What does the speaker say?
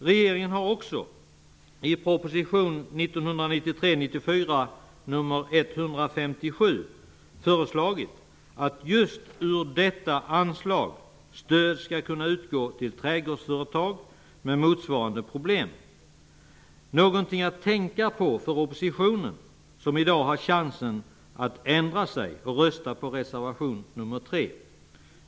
Regeringen har också i proposition 1993/94:157 föreslagit att stöd ur just detta anslag skall kunna utgå till trädgårdsföretag med motsvarande problem. Det är någonting att tänka på för oppositionen, som nu har chansen att ändra sig och rösta på reservation nr 3.